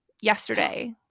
yesterday